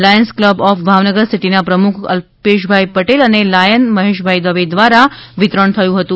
Lions club of Bhavnagar સિટીના પ્રમુખ અલ્પેશભાઈ પટેલ અને લાયન મહેશભાઈ દવે દ્વારા વિતરણ થયું હતું